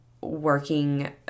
working